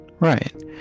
right